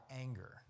anger